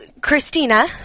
Christina